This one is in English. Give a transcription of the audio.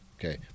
Okay